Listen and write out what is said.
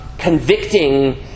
Convicting